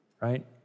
right